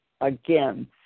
again